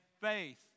faith